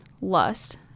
lust